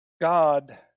God